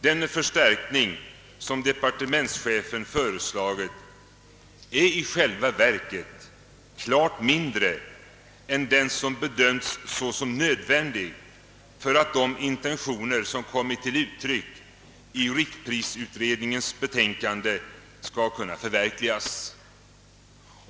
Den förstärkning som departementschefen föreslagit är i själva verket klart mindre än den som bedömts såsom nödvändig för att de intentioner som kommit till uttryck i riktprisutredningens betänkande skall kunna förverkligas.